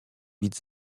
bić